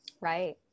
Right